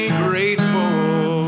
grateful